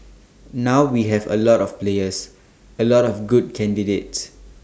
now we have A lot of players A lot of good candidates